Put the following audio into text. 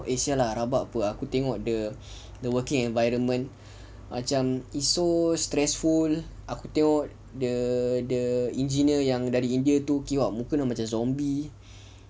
eh !siala! rabak apa aku tengok the working environment macam it's so stressful aku tengok the the engineer yang dari india tu kiwak muka dah macam zombie